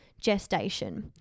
gestation